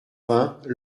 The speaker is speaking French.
vingt